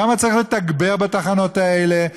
כמה צריך לתגבר בתחנות האלה,